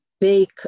bake